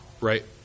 Right